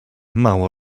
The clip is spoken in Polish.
mało